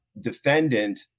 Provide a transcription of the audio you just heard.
defendant